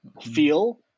feel